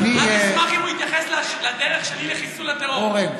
רק אשמח אם הוא יתייחס לדרך שלי לחיסול הטרור,